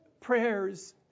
prayers